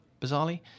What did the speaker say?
bizarrely